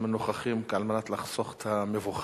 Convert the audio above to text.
נוכחים כאן על מנת לחסוך את המבוכה.